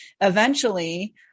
eventually-